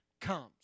comes